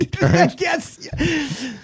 Yes